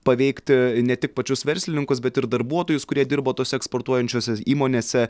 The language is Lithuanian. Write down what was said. paveikti ne tik pačius verslininkus bet ir darbuotojus kurie dirbo tose eksportuojančiose įmonėse